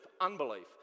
unbelief